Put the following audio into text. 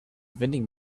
vending